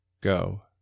Go